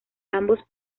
ambos